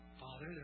Father